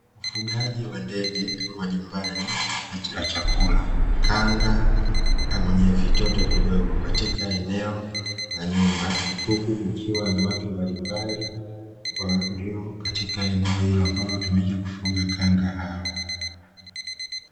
Ufugaji wa ndege wa nyumbani wakila chakula (kanga na mwenye vitoto vidogo) katika eneo la nyumba, huku kukiwa na watu mbalimbali walio katika eneo hilo ambalo hutumika kufuga kanga hao.